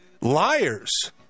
liars